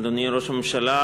אדוני ראש הממשלה,